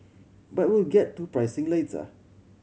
but we'll get to pricing later